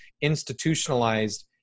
institutionalized